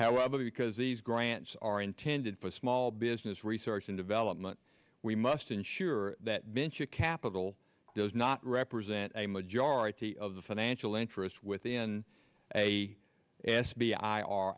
however because these grants are intended for small business research and development we must ensure that venture capital does not represent a majority of the financial interests within a asked b i r